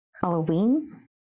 Halloween